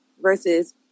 versus